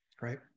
Right